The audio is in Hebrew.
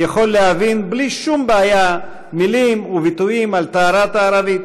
יכול להבין בלי שום בעיה מילים וביטויים על טהרת הערבית.